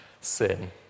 sin